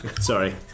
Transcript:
Sorry